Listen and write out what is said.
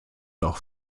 auch